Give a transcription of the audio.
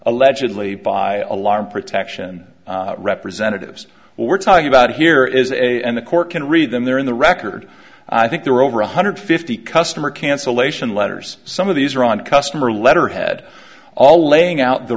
allegedly by alarm protection representatives we're talking about here is a and the court can read them there in the record i think there are over one hundred fifty customer cancellation letters some of these are on customer letterhead all laying out the